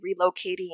relocating